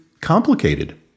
complicated